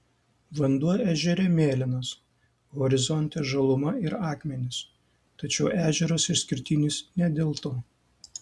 vanduo ežere mėlynas horizonte žaluma ir akmenys tačiau ežeras išskirtinis ne dėl to